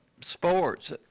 sports